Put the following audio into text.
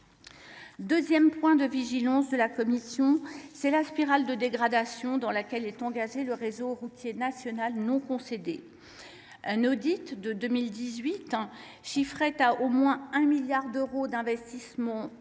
deuxième point de vigilance de la commission concerne la spirale de dégradation dans laquelle est engagé le réseau routier national non concédé. Un audit de 2018 chiffrait à au moins 1 milliard d’euros d’investissements